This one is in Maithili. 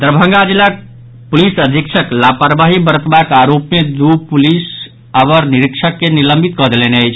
दरभंगा जिलाक पुलिस अधीक्षक लापरवाही बरतबाक आरोप मे दू पुलिस अवर निरीक्षक के निलंबित कऽ देलनि अछि